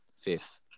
fifth